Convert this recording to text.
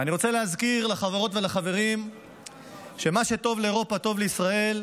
אני רוצה להזכיר לחברות ולחברים שמה שטוב לאירופה טוב לישראל,